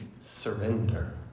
surrender